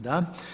Da.